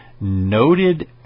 noted